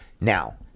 Now